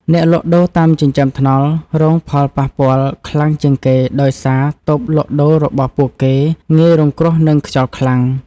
អ្នកលក់ដូរតាមចិញ្ចើមថ្នល់រងផលប៉ះពាល់ខ្លាំងជាងគេដោយសារតូបលក់ដូររបស់ពួកគេងាយរងគ្រោះនឹងខ្យល់ខ្លាំង។